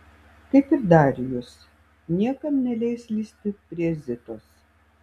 kaip ir darijus niekam neleis lįsti prie zitos